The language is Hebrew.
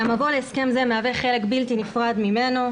"המבוא להסכם זה מהווה חלק בלתי נפרד ממנו.